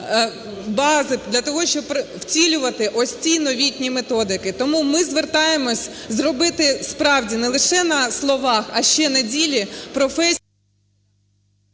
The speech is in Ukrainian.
бази для того, щоб втілювати ось ці новітні методики. Тому ми звертаємось зробити, справді, не лише на словах, а ще й на ділі…